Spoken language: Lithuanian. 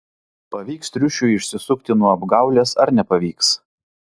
pavyks triušiui išsisukti nuo apgaulės ar nepavyks